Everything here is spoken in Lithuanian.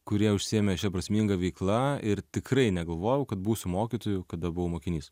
kurie užsiėmė šia prasminga veikla ir tikrai negalvojau kad būsiu mokytoju kada buvau mokinys